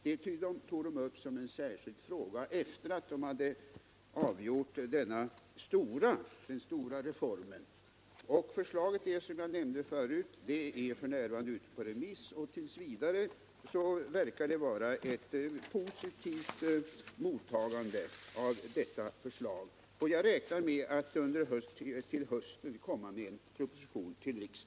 Kommittén tog upp det som en särskild fråga efter det att den hade utarbetat förslag till den stora reformen. Förslaget är, som jag nämnde förut, f. n. ute på remiss, och hittills verkar det som om förslaget har fått ett positivt mottagande. Jag räknar med att till hösten förelägga riksdagen en proposition.